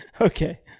Okay